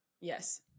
Yes